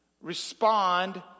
Respond